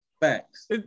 Facts